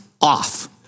off